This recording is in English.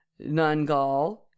Nungal